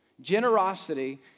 Generosity